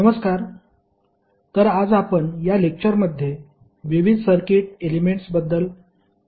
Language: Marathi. नमस्कार तर आज आपण या लेक्चरमध्ये विविध सर्किट एलेमेंट्सबद्दल चर्चा करू